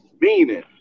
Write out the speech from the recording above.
Meaning